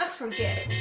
forget